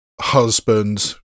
husband